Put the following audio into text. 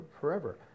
forever